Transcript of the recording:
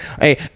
hey